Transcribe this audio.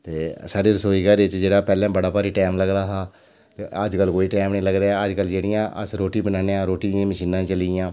एह् साढ़े रसोई घरै च जेह्ड़ा पैह्लें बड़ा भारी टाईम लगदा हा अजकल कोई टाईम निं लगदा अजकल जेह्ड़ियां अस रुट्टी बनान्ने आं रुट्टी दी मशीनां चली दियां